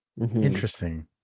interesting